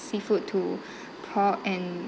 seafood to pork and